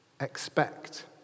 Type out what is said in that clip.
Expect